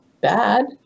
bad